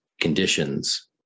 conditions